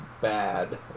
bad